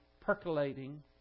percolating